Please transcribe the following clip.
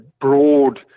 broad